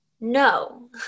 No